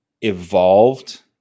evolved